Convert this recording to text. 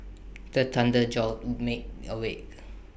the thunder jolt me awake